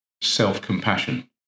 self-compassion